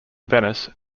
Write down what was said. venice